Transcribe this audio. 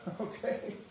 Okay